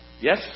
Yes